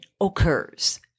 occurs